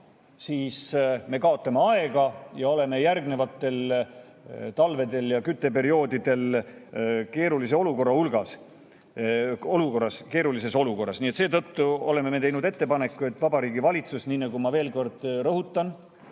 siis me kaotame aega ja oleme järgnevatel talvedel ja kütteperioodidel keerulises olukorras. Seetõttu oleme teinud ettepaneku, et Vabariigi Valitsus – ma veel kord rõhutan,